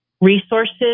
resources